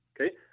Okay